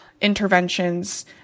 interventions